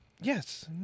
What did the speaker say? Yes